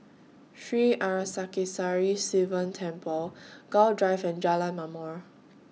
Sri Arasakesari Sivan Temple Gul Drive and Jalan Ma'mor